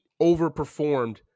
overperformed